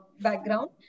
background